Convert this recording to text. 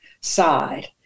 side